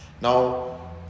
Now